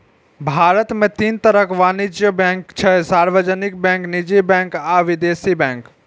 भारत मे तीन तरहक वाणिज्यिक बैंक छै, सार्वजनिक बैंक, निजी बैंक आ विदेशी बैंक